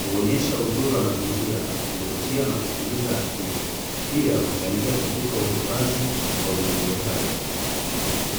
huonyesha uzuri wa mazingira, huvutia na kutuliza akili, pia huchangia katika uhifadhi wa viumbe hai.